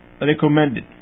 recommended